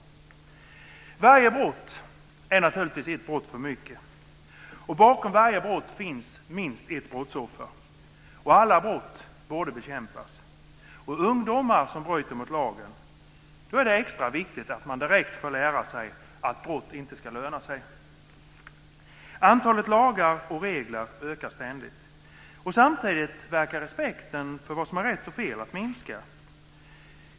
Varje brott är naturligtvis ett brott för mycket. Bakom varje brott finns minst ett brottsoffer. Alla brott borde bekämpas. Det är extra viktigt att ungdomar som bryter mot lagen direkt får lära sig att brott inte lönar sig. Antalet lagar och regler ökar ständigt. Samtidigt verkar respekten för vad som är rätt och fel minska.